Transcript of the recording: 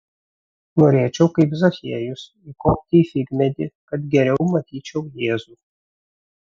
norėčiau kaip zachiejus įkopti į figmedį kad geriau matyčiau jėzų